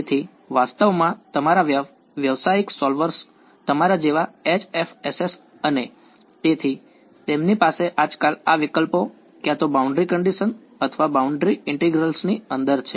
તેથી વાસ્તવમાં તમારા વ્યવસાયિક સોલ્વર્સ તમારા જેવા HFSS અને તેથી તેમની પાસે આજકાલ આ વિકલ્પો ક્યાં તો બાઉન્ડ્રી કન્ડીશન અથવા બાઉન્ડ્રી ઇન્ટિગ્રલ્સની અંદર છે